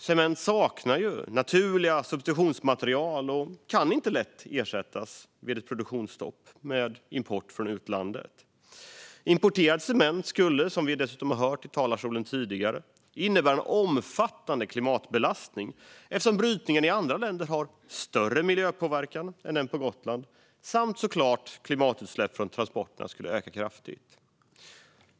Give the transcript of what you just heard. Cement saknar naturliga substitutionsmaterial och kan vid produktionsstopp inte lätt ersättas med import från utlandet. Importerad cement skulle, som vi dessutom har hört från talarstolen tidigare, innebära en omfattande klimatbelastning, eftersom brytningen i andra länder har större miljöpåverkan än den på Gotland. Även klimatutsläppen från transporterna skulle såklart öka kraftigt.